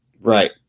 Right